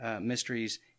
mysteries